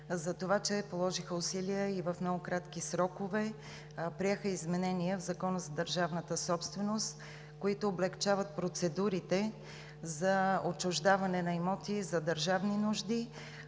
за това, че положиха усилия и в много кратки срокове приеха изменения в Закона за държавната собственост, които облекчават процедурите за отчуждаване на имоти за държавни нужди.